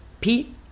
Pete